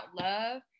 love